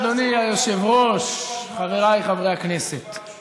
אדוני היושב-ראש, חבריי חברי הכנסת.